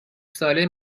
ساله